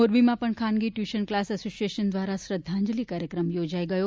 મોરબીમાં પણ ખાનગી ટ્યૂશન ક્લાસ એસોસિએશન દ્વારા શ્રધ્ધાંજલિ કાર્યક્રમ યોજાઈ ગયો